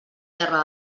terra